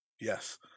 Yes